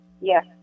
Yes